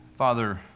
Father